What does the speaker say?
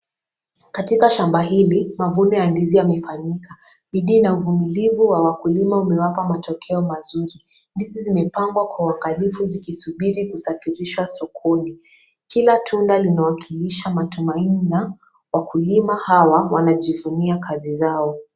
Katika shamba hili mavuno ya ndizi yamefanyika. Bidii na uvumilivu ya wakulima umewapa matokeo mazuri . Ndizi zimepangwa kwa uangalifu zikisubiri kusafirishwa sokoni. Kila tunda linawakilisha matumaini na wakulima hawa wanajivunia kazi zao.